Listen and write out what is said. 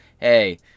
Hey